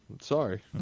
Sorry